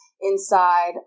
inside